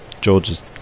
George's